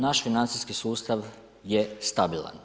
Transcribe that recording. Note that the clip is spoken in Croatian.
Naš financijski sustav je stabilan.